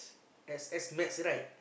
X_S max right